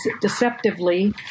deceptively